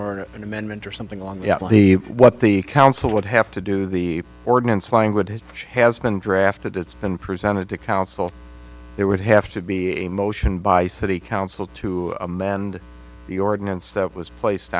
or an amendment or something along the what the council would have to do the ordinance language which has been drafted it's been presented to council there would have to be a motion by city council to amend the ordinance that was placed